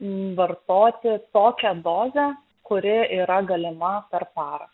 vartoti tokią dozę kuri yra galima per parą